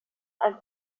ein